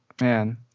man